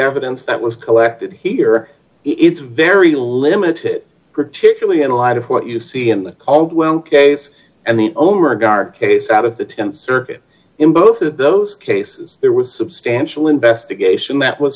evidence that was collected here it's very limited particularly in light of what you see in the caldwell case and the omer guard case out of the th circuit in both of those cases d there was substantial investigation that was